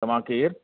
तव्हां केरु